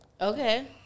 okay